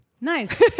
Nice